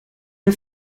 ihr